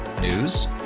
News